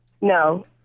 No